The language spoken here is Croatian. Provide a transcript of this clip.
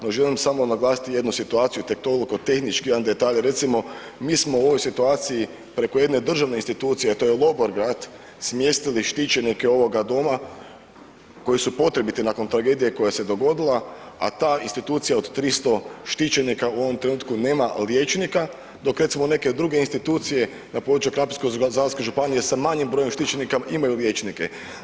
No, želim samo naglasiti jednu situaciju tek toliko, tehnički jedan detalj, recimo mi smo u ovoj situaciji preko jedne državne institucije, a to je Lobor grad smjestili štićenike ovoga doma koji su potrebiti nakon tragedije koja se dogodila, a ta institucija od 300 štićenika u ovom trenutku nema liječnika, dok recimo neke druge institucije na području Krapinsko-zagorske županije sa manjim brojem štićenika imaju liječnike.